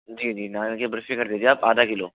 जी जी नारियल की बर्फी कर दीजिए आप आधा किलो